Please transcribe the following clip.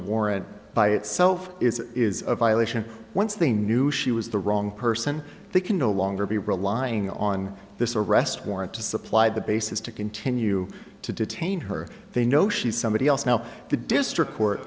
warrant by itself is it is a violation once they knew she was the wrong person they can no longer be relying on this arrest warrant to supply the basis to continue to detain her they know she's somebody else now the district